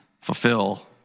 fulfill